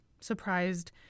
surprised